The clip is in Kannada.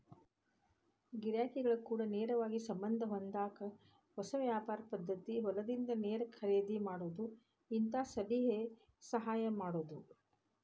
ಗಿರಾಕಿಗಳ ಕೂಡ ನೇರವಾಗಿ ಸಂಬಂದ ಹೊಂದಾಕ ಹೊಸ ವ್ಯಾಪಾರ ಪದ್ದತಿ ಹೊಲದಿಂದ ನೇರ ಖರೇದಿ ಮಾಡುದು ಹಿಂತಾ ಸಲಹೆ ಸಹಾಯ ಮಾಡುದು